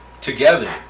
together